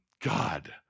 God